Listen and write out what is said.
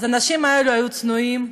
אז האנשים האלה היו צנועים,